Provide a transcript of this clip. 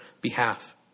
behalf